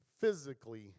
Physically